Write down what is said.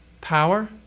power